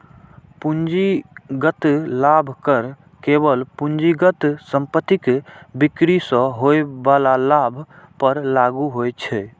पूंजीगत लाभ कर केवल पूंजीगत संपत्तिक बिक्री सं होइ बला लाभ पर लागू होइ छै